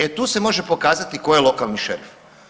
E tu se može pokazati ko je lokalni šerif.